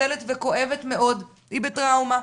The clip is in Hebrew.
מצלצלת וכואבת מאוד, היא בטראומה.